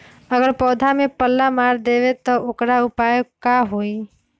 अगर पौधा में पल्ला मार देबे त औकर उपाय का होई?